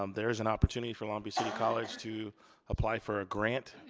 um there is an opportunity for long beach city college to apply for a grant,